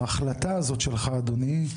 ההחלטה הזאת שלך אדוני,